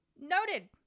Noted